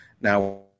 Now